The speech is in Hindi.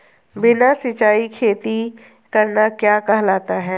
बिना सिंचाई खेती करना क्या कहलाता है?